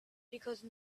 because